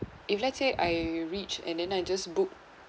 if let's say I reach and then I just book